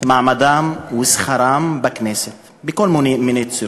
מעמדם ושכרם, בכנסת בכל מיני צורות.